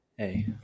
hey